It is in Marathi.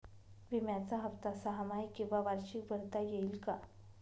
विम्याचा हफ्ता सहामाही किंवा वार्षिक भरता येईल का?